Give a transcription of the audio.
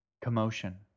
Commotion